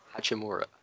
Hachimura